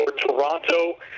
Toronto